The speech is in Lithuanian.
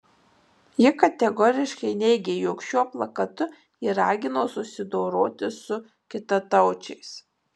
ji kategoriškai neigė jog šiuo plakatu ji ragino susidoroti su kitataučiais